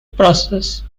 process